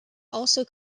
also